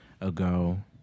ago